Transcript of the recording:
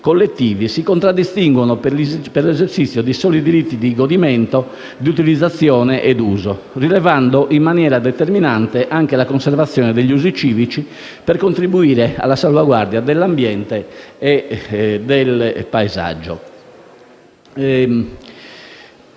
si contraddistinguono per l'esercizio di soli diritti di godimento, di utilizzazione e di uso, rilevando in maniera determinante anche la conservazione degli usi civici per contribuire alla salvaguardia dell'ambiente e del paesaggio.